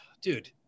dude